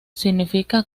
significa